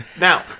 Now